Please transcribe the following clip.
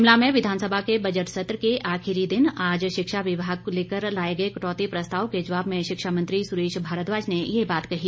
शिमला में विधानसभा के बजट सत्र के आखिरी दिन आज शिक्षा विभाग को लेकर लाए गए कटौती प्रस्ताव के जवाब में शिक्षा मंत्री सुरेश भारद्वाज ने ये बात कही